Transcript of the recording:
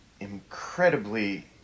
incredibly